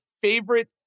favorite